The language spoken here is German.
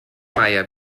meier